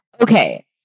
Okay